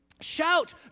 Shout